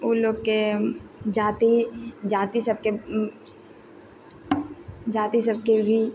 ओ लोगके जाति जाति सबके जाति सबके ही